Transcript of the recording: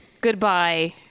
Goodbye